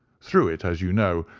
through it, as you know,